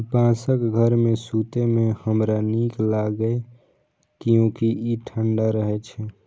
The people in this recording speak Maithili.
बांसक घर मे सुतै मे हमरा नीक लागैए, कियैकि ई ठंढा रहै छै